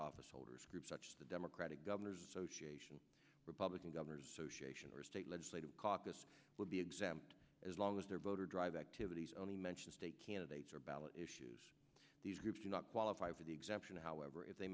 officeholders groups such the democratic governors association republican governors association or state legislative caucus will be exempt as long as their voter drive activities only mention state candidates or ballot issues these groups do not qualify for the exemption however if they